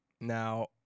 Now